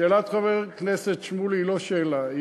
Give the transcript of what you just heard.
שאלת חבר הכנסת שמולי היא לא שאלה.